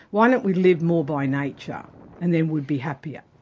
why don't we live more by nature and then we'd be happier.